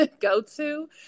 go-to